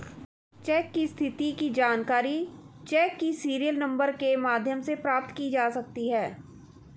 check की स्थिति की जानकारी चेक के सीरियल नंबर के माध्यम से प्राप्त की जा सकती है